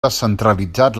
descentralitzat